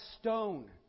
stone